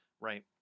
right